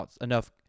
enough